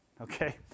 Okay